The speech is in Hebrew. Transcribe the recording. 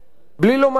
בלי לומר מלה.